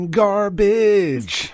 garbage